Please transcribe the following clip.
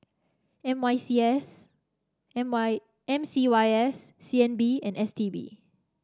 M Y C S M Y M C Y S C N B and S T B